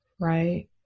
right